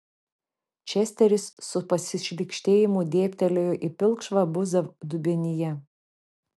česteris su pasišlykštėjimu dėbtelėjo į pilkšvą buzą dubenyje